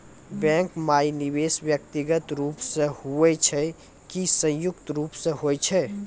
Bank माई निवेश व्यक्तिगत रूप से हुए छै की संयुक्त रूप से होय छै?